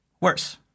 worse